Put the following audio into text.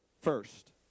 first